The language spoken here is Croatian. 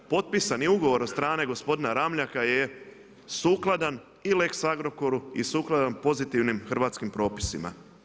Potpisan je ugovor od strane gospodina Ramljaka je sukladan i lex Agrokoru i sukladan pozitivnim hrvatskim propisima.